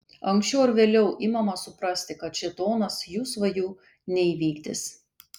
anksčiau ar vėliau imama suprasti kad šėtonas jų svajų neįvykdys